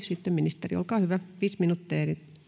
sitten ministeri olkaa hyvä viisi minuuttia